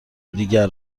دیگر